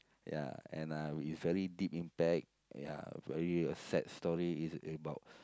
ya and uh it's very deep impact ya very a sad story it's about